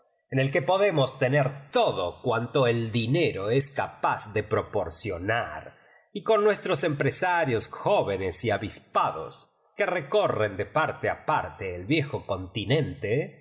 en d que podemos tener todo cuanto el dinero es capaz de proporcionar y con nuestros em presarios jóvenes y avispados que recorren de parte a parte el viejo continente